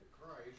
Christ